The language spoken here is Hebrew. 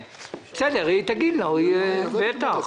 בסדר, היא תגיד לו, בטח.